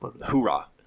Hoorah